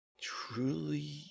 Truly